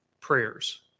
prayers